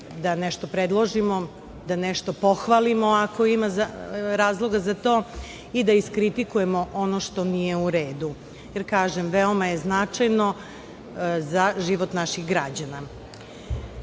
da nešto predložimo, da nešto pohvalimo, ako ima razloga za to, i da iskritikujemo ono što nije u redu. Jer, kažem, veoma je značajno za život naših građana. Ono